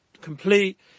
complete